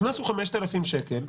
הקנס הוא 5,000 שקל,